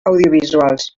audiovisuals